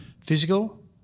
Physical